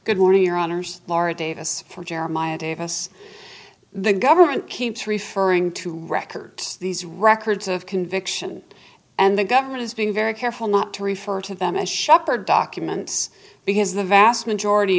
good morning your honour's laura davis from jeremiah davis the government keeps referring to records these records of conviction and the government is being very careful not to refer to them as shepherd documents because the vast majority